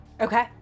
Okay